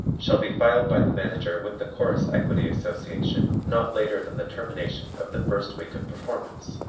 shall be filed by the manager with the chorus equity association not later than the termination of the first week of performance.